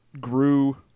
grew